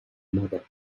mother